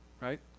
right